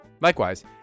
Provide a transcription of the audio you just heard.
Likewise